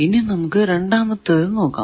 ഇനി നമുക്ക് രണ്ടാമത്തേത് നോക്കാം